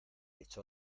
echó